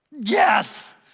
yes